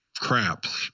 craps